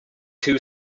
two